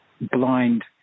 blind